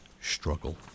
struggle